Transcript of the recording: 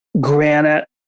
granite